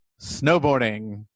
snowboarding